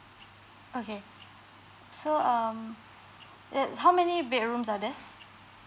okay so um that's how many bedrooms are there